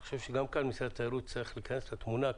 אני חושב שגם כאן משרד התיירות צריך להיכנס לתמונה.